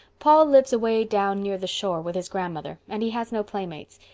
paul lives away down near the shore with his grandmother and he has no playmates.